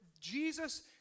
Jesus